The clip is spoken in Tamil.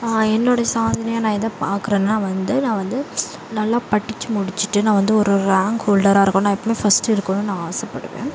என்னோடய சாதனையாக நான் எதை பாக்கறேன்னா வந்து நான் வந்து நல்லா படித்து முடித்துட்டு நான் வந்து ஒரு ரேங்க் ஹோல்டராக இருக்கணுன்னு நான் எப்போமே ஃபர்ஸ்ட்டு இருக்கணுன்னு நான் ஆசைப்படுவேன்